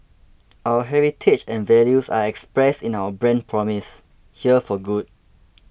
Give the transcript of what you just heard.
our heritage and values are expressed in our brand promise here for good